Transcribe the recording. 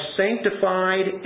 sanctified